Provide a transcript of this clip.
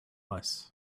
less